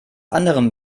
anderem